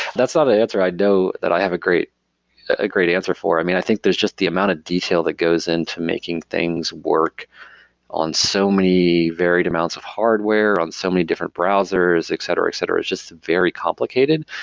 that's not ah the answer i know that i have a great ah great answer for. i mean, i think there's just the amount of detail that goes into making things work on so many varied amounts of hardware, on so many different browsers, etc, etc. it's just very complicated.